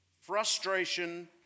frustration